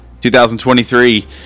2023